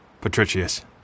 Patricius